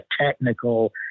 technical